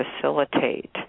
facilitate